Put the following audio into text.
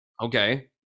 Okay